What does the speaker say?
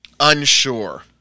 unsure